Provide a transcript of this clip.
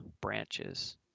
branches